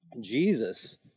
Jesus